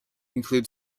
include